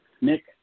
Nick